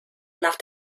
nach